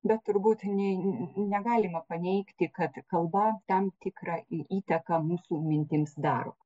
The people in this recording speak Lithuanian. bet turbūt ne negalima paneigti kad kalba tam tikrą įtaką mūsų mintims daro